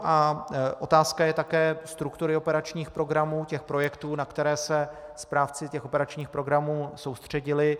A otázka je také struktury operačních programů těch projektů, na které se správci operačních programů soustředili.